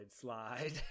slide